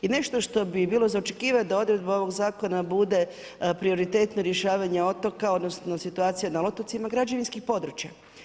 I nešto što bi bilo za očekivat, da odredba ovog zakona bude prioritetno rješavanje otoka, odnosno situacije na otocima građevinskih područja.